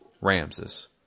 Ramses